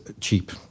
cheap